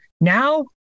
now